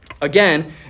Again